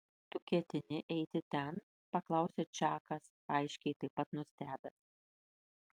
tu ketini eiti ten paklausė čakas aiškiai taip pat nustebęs